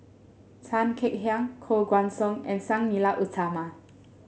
Tan Kek Hiang Koh Guan Song and Sang Nila Utama